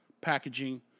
packaging